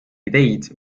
ideid